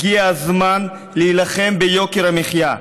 הגיע הזמן להילחם ביוקר המחיה.